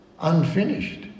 unfinished